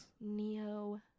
Neo